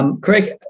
Craig